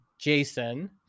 Jason